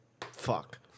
Fuck